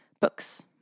books